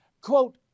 Quote